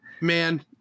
man –